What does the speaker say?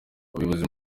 umuyobozi